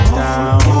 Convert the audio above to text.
down